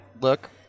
Look